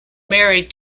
married